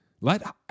Let